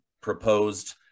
proposed